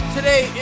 Today